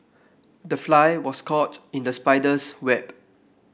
the fly was caught in the spider's web